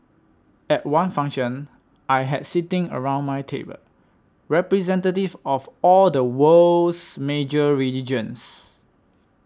at one function I had sitting around my table representatives of all the world's major religions